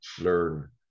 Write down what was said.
learn